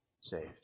saved